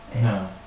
No